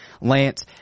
Lance